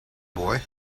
boy